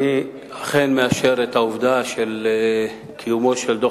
אני אכן מאשר את העובדה של קיומו של דוח